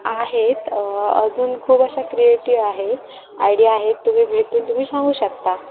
आहेत अजून खूप अशा क्रिएटिव आहेत आयडिया आहेत तुम्ही भेटून तुम्ही सांगू शकता